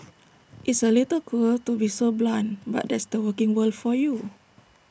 it's A little cruel to be so blunt but that's the working world for you